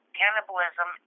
cannibalism